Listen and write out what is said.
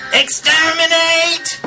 exterminate